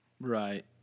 Right